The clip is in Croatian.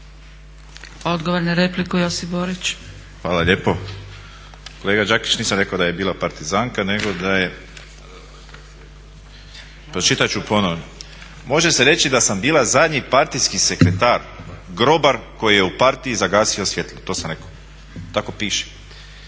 Borić. **Borić, Josip (HDZ)** Hvala lijepo. Kolega Đakić nisam rekao da je bila partizanka nego da je, pročitat ću ponovno: "Može se reći da sam bila zadnji partijski sekretar, grobar koji je u partiji zagasio svjetlo." To sam rekao. Tako piše.